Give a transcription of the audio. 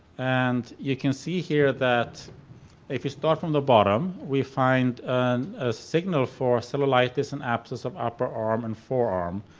and you can see here that if you start from the bottom we find a signal for cellulitis and abscess of upper arm and forearm,